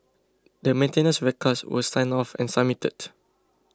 the maintenance records were signed off and submitted